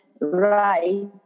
right